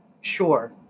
Sure